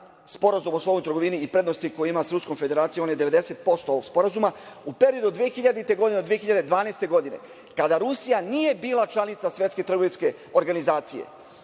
Sporazuma o slobodnoj trgovini i prednosti koji ima sa Ruskom Federacijom, on je 90% ovog sporazuma.U periodu od 2000. godine do 2012. godine, kada Rusija nije bila članica Svetske trgovinske organizacije,